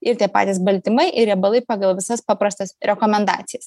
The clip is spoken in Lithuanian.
ir tie patys baltymai ir riebalai pagal visas paprastas rekomendacijas